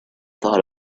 thought